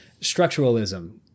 Structuralism